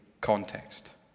context